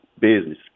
business